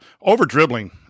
over-dribbling